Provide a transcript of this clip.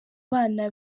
bana